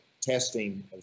testing